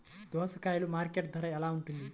దోసకాయలు మార్కెట్ ధర ఎలా ఉంటుంది?